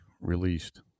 released